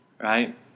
right